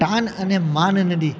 તાન અને માન નદી